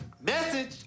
Message